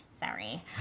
sorry